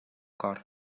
cor